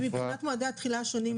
מבחינת מועדי התחילה השונים,